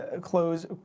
Close